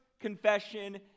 Confession